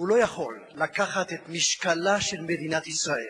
הוא לא יכול לקחת את משקלה של מדינת ישראל,